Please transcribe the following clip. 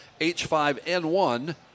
H5N1